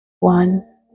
One